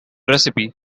recipe